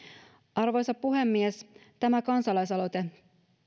arvoisa puhemies tämä kansalaisaloite